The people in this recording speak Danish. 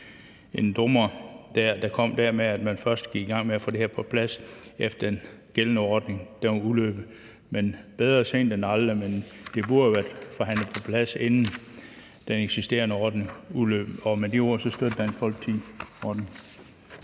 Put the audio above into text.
en bommert, der kom der, fordi man først gik i gang med at få det her på plads, efter at den gældende ordning var udløbet. Men bedre sent end aldrig, men det burde være forhandlet på plads, inden den eksisterende ordning udløb. Med de ord støtter Dansk Folkeparti